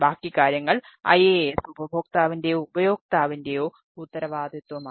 ബാക്കി കാര്യങ്ങൾ IaaS ഉപഭോക്താവിന്റെയോ ഉപയോക്താവിന്റെയോ ഉത്തരവാദിത്തമാണ്